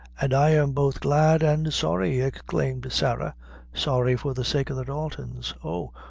and i'm both glad and sorry, exclaimed sarah sorry for the sake of the daltons. oh!